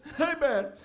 Amen